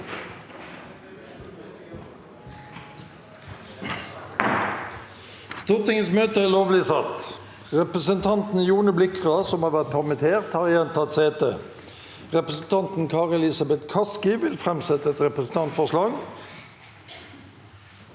Presidenten Representanten Jone Blikra, som har vært permittert, har igjen tatt sete. Representanten Kari Elisabeth Kaski vil framsette et representantforslag.